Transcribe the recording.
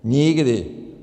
Nikdy!